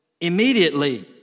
immediately